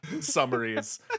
summaries